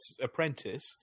apprentice